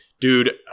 Dude